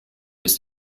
ist